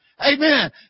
Amen